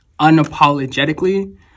unapologetically